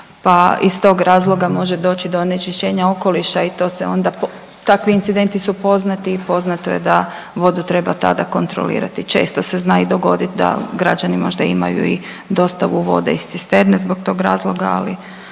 pa iz tog razloga može doći do onečišćenja okoliša i to se onda, takvi incidenti su poznati i poznato je da vodu treba tada kontrolirati. Često se zna i dogodit da građani možda imaju i dostavu vode iz cisterne zbog tog razloga, ali